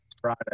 Friday